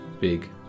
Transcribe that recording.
big